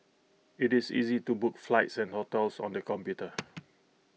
IT is easy to book flights and hotels on the computer